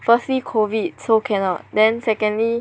firstly COVID so cannot then secondly